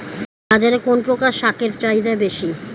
বাজারে কোন প্রকার শাকের চাহিদা বেশী?